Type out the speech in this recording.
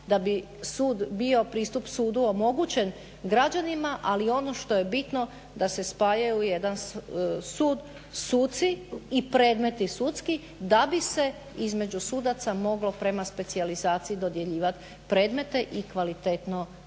da bi sud bio pristup sudu omogućen građanima, ali ono što je bitno da se spajaju u jedan sud suci i predmeti sudski da bi se između sudaca moglo prema specijalizaciji dodjeljivati predmete i kvalitetno te